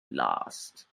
last